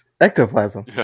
ectoplasm